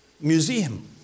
Museum